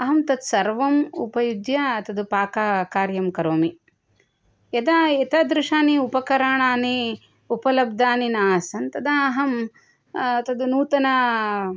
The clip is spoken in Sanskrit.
अहं तत्सर्वम् उपयुज्य तद् पाकाकार्यं करोमि यदा एतादृशानि उपकरणानि उपलब्धनिा नासन् तदा अहं तत् नूतन